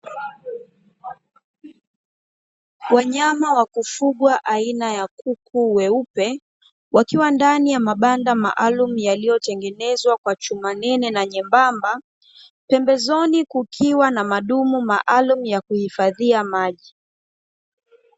Wanyama wa kufugwa aina ya kuku weupe, wakiwa ndani ya mabanda maalumu yaliyotengenezwa kwa chuma nene na nyembamba. Pembezoni kukiwa na madumu maalumu ya kuhifadhia maji.